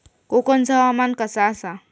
कोकनचो हवामान कसा आसा?